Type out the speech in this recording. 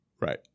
Right